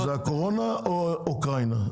אז מאשימים את הקורונה או את אוקראינה,